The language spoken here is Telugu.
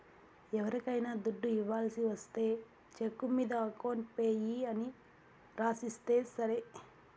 ఎవరికైనా దుడ్డు ఇవ్వాల్సి ఒస్తే చెక్కు మీద అకౌంట్ పేయీ అని రాసిస్తే సరి